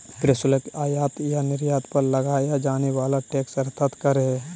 प्रशुल्क, आयात या निर्यात पर लगाया जाने वाला टैक्स अर्थात कर है